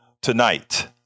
tonight